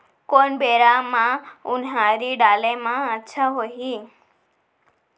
कोन बेरा म उनहारी डाले म अच्छा होही?